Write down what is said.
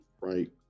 right